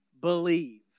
believe